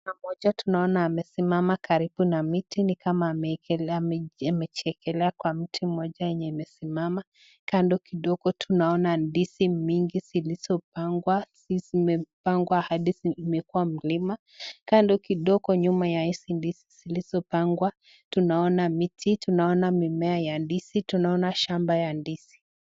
Kuna mtu mmoja tunaona amesimama karibu na miti ni kama amejiekelea kwa mti mmoja yenye imesimama. Kando kidogo tunaona ndizi mingi zilizopangwa zimepangwa hadi imekuwa mlima. Kando kidogo nyuma ya hizi ndizi zilizopangwa tunaona miti, tunaona mimea ya ndizi, tunaona shamba ya ndizi.